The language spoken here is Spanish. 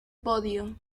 podio